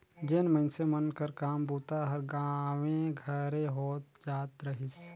जेन मइनसे मन कर काम बूता हर गाँवे घरे होए जात रहिस